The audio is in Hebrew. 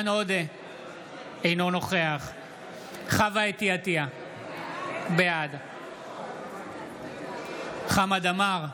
אינו נוכח חוה אתי עטייה, בעד חמד עמאר,